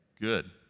Good